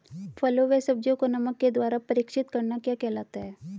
फलों व सब्जियों को नमक के द्वारा परीक्षित करना क्या कहलाता है?